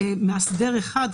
מאסדר אחד,